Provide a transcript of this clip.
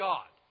God